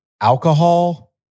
Alcohol